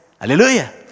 Hallelujah